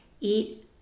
eat